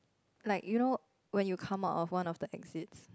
like you know when you come out of one of the exit